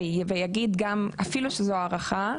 אפילו שזו הערכה.